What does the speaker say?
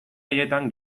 haietan